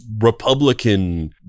republican